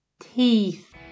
teeth